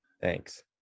Thanks